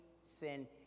sin